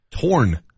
Torn